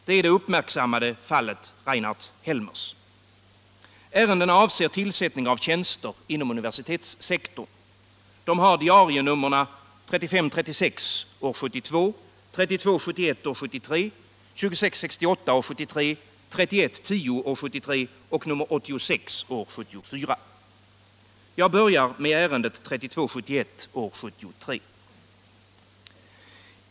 Det är det uppmärksammade fallet Reinhard Helmers. Ärendena avser tillsättningarna av tjänster inom universitetssektorn. De har diarienumren: 72:3536, 73:3271, 73:2668, 73:3110 och 74:86. Jag börjar med ärendet 73:3271.